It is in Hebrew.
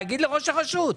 להגיד לראש הרשות.